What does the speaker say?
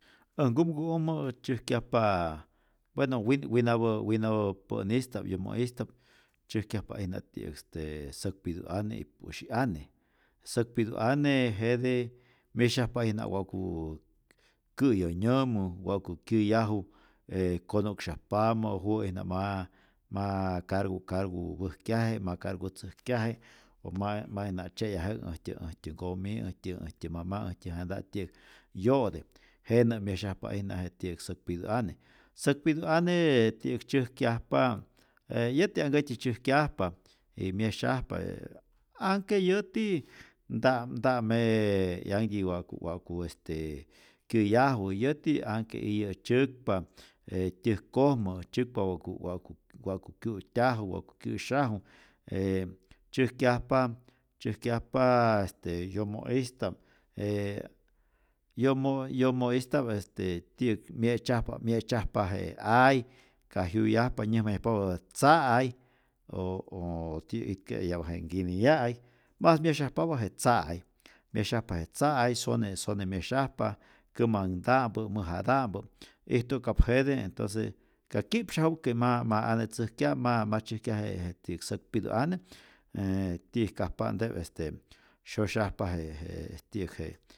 Äj kumku'ojmä tzyäjkyajpaa weno win winapä winapä pä'nista'p yomo'ista'p tzyäjkyajpa'ijna tiyä'k este säkpitu ane y pu'syi' ane, säkpitu ane jete myesyajpa'ijna wa'ku kä'yonyamu, wa'ku kyäyaju e konu'ksyajpamä juwä'ijna ma ma karku karku päjkyaje, ma karku tzäjkyaje o ma ma'ijna tzye'yaje'k äjtyä äjtyä nkomi' äjtyä äjtyä mama', äjtyä janta' tyiyä'k yo'te, jenä' myesyajpa'ijna je ti'yäk säkpitu ane, säk pitu an ti'yäk tzyäjkyajpa je yäti anhkätyi tzyäjkyajpa y myesyajpa, ee anhke yäti nta'p nta'm 'yantyi wa'ku wa'ku este kyäyaju, yäti anhke iyä tzyäkpa e tyäjkojmä, tzyäkpa wa'ku wa'ku wa'ku kyu'tyaju wa'ku kyä'syaje e tzyäjkyajpa tzyäjkyajp este yomo'ista'p, jee yomo yomo'ista'p este ti'yäk mye'tzyajpa mye'tzyajpa je ay, kajyuyajpa nyäjmayajpapä tza'ay o o itke' eyapa nkiniya'ay, mas myesyajpapä je tza'ay, myesyajpa je tza'ay, sone sone myesyajpa kämanhta'mpa', mäjata'mpä, ijtu'kap jete entonce ka kyi'psyaje que ma ma ane tzäjkya ma ma tzyäjkyaje je ti'yäk säkpitu ane, ee tiyäjkajpa'nte este syosyajpa je je ti'yäk je